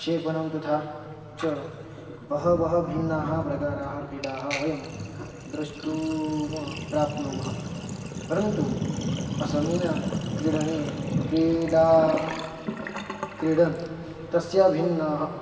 क्षेपणं तथा च बह्वयः भिन्नाः प्रकाराः क्रीडाः वयं द्रष्टुं प्राप्नुमः परन्तु अस्मिन् क्रीडने क्रीडा क्रीडनं तस्य भिन्नाः